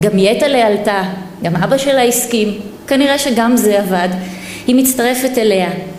גם יטלה' עלתה, גם אבא שלה הסכים, כנראה שגם זה עבד, היא מצטרפת אליה